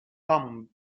lamb